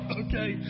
okay